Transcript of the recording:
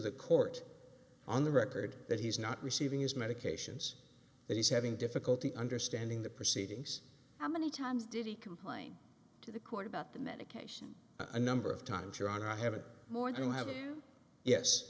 the court on the record that he's not receiving his medications that he's having difficulty understanding the proceedings how many times did he complain to the court about the medication a number of times your honor i haven't